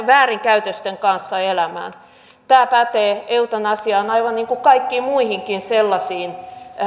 väärinkäytösten kanssa elämään tämä pätee eutanasiaan aivan niin kuin kaikkiin muihinkin sellaisiin